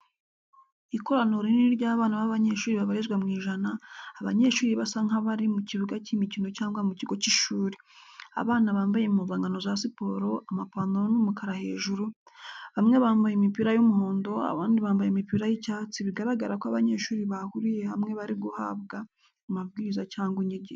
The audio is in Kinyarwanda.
Ikoraniro rinini ry'abana b'abanyeshuri babarirwa mu ijana. Abanyeshuri basa nk'abari mu kibuga cy'imikino cyangwa mu kigo cy'ishuri. Abana bambaye impuzankano za siporo, amapantaro ni umukara hejuru, bamwe bambaye imipira y'umuhondo, abandi bambaye imipira y'icyatsi bigaragara ko abanyeshuri bahuriye hamwe bari guhabwa amabwiriza cyangwa inyigisho.